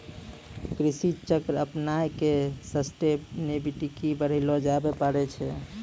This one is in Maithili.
कृषि चक्र अपनाय क सस्टेनेबिलिटी बढ़ैलो जाबे पारै छै